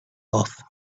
off